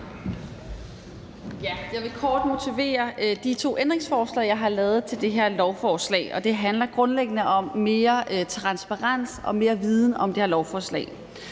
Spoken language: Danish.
Jeg vil kort motivere de to ændringsforslag, jeg har stillet til det her lovforslag, og det handler grundlæggende om mere transparens og mere viden om det her lovforslag.